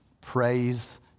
praise